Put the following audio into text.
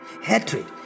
hatred